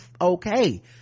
okay